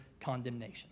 condemnation